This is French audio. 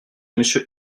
monsieur